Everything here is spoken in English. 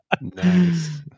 Nice